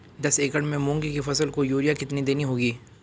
दस एकड़ में मूंग की फसल को यूरिया कितनी देनी होगी?